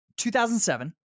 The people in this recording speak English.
2007